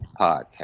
Podcast